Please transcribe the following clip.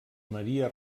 maria